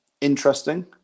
Interesting